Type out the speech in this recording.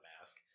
mask